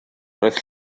roedd